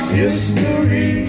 history